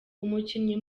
umukinnyi